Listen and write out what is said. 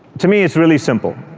to me it's really simple.